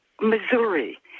Missouri